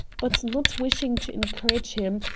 but not wishing to encourage him,